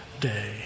day